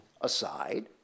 aside